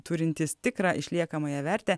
turintys tikrą išliekamąją vertę